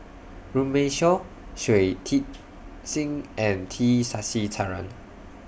Runme Shaw Shui Tit Sing and T Sasitharan